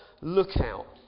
lookout